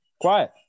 Quiet